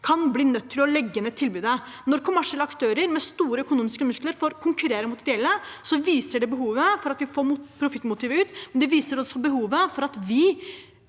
kan bli nødt til å legge ned tilbudet. Når kommersielle aktører med store økonomiske muskler får konkurrere mot ideelle, viser det behovet for at vi får profittmotivet ut, men det viser også behovet for at vi